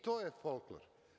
To je folklor.